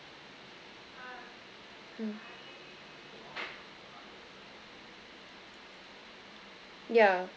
mm yeah